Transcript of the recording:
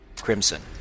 crimson